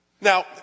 Now